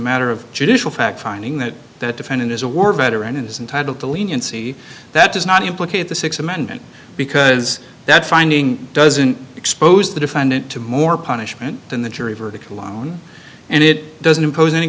matter of judicial fact finding that that defendant is a war veteran and is entitle to leniency that does not implicate the th amendment because that finding doesn't expose the defendant to more punishment than the jury verdict alone and it doesn't impose any